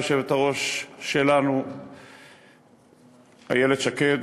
היושבת-ראש שלנו איילת שקד,